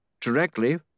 directly